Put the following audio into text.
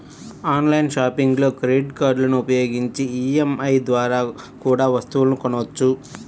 online షాపింగ్లో credit కార్డులని ఉపయోగించి ఈ.ఎం.ఐ ద్వారా కూడా వస్తువులను కొనొచ్చు